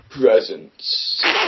presents